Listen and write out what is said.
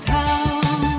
town